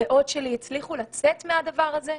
הריאות שלי הצליחו לצאת מהדבר הזה.